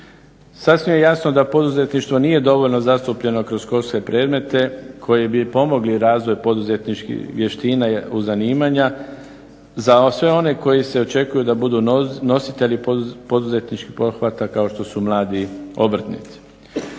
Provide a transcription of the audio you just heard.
Sasvim je jasno da poduzetništvo nije dovoljno zastupljeno kroz školske predmete koji bi pomogli razvoj poduzetničkih vještina u zanimanja, za sve one koji se očekuju da budu nositelji poduzetničkih pothvata kao što su mali obrtnici.